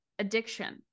Addiction